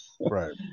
Right